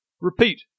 Repeat